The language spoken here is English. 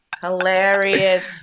hilarious